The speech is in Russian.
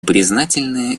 признательны